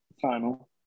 Final